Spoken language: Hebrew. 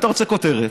אתה רוצה כותרת,